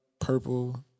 purple